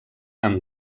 amb